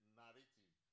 narrative